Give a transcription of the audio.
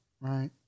right